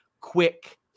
quick